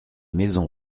maisons